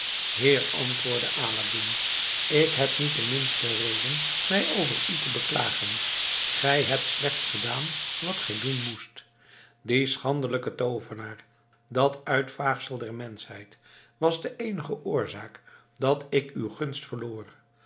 heer antwoordde aladdin ik heb niet de minste reden mij over u te beklagen gij hebt slechts gedaan wat gij doen moest die schandelijke toovenaar dat uitvaagsel der menschheid was de eenige oorzaak dat ik uw gunst verloor